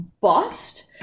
bust